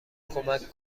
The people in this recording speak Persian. کمک